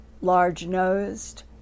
Large-nosed